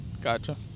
Gotcha